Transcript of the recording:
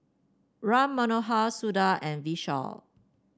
Ram Manohar Suda and Vishal